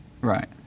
Right